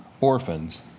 orphans